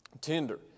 tender